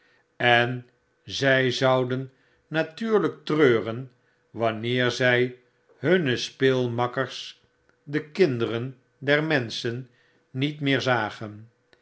en zjj zouden natuurlyk treuren wanneer zy hunne speelmakkers de kinderen der menschen niet meer zagen